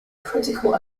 critical